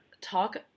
Talk